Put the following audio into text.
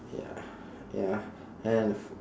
ya ya and